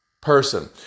Person